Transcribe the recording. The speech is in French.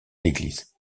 l’église